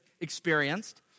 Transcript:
experienced